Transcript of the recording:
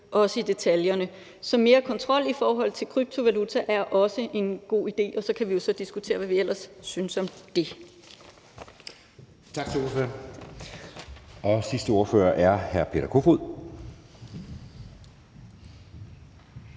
også i detaljerne. Så mere kontrol i forhold til kryptovaluta er også en god idé. Og så kan vi jo så diskutere, hvad vi ellers synes om det.